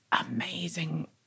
amazing